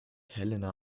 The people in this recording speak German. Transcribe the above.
helena